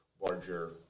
larger